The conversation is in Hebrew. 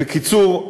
בקיצור,